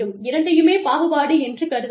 இரண்டையுமே பாகுபாடு என்று கருதலாம்